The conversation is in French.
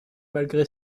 malgré